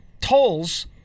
tolls